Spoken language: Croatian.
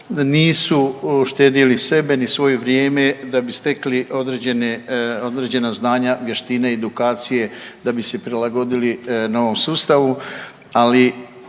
Nisu štedjeli sebe ni svoje vrijeme da bi stekli određena znanja, vještine, edukacije da bi se prilagodili novom sustavu,